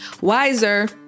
Wiser